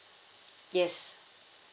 yes